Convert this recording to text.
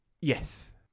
Yes